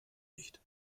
nicht